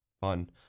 Fun